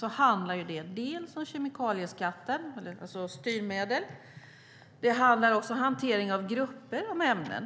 Det handlar bland annat om kemikalieskatten - alltså styrmedel - och om hantering av grupper av ämnen.